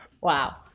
Wow